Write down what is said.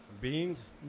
Beans